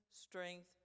strength